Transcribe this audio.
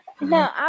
No